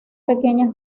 pequeñas